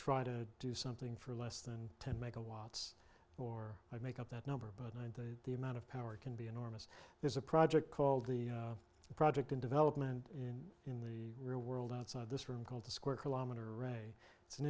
try to do something for less than ten make a watts or i make up that number but the amount of power can be enormous there's a project called the project in development in in the real world outside this room called the square kilometer array it's an